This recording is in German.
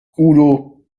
udo